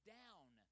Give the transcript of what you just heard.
down